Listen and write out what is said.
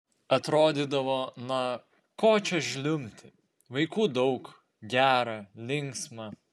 atrodydavo na ko čia žliumbti vaikų daug gera linksma